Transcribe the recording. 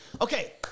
Okay